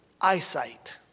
eyesight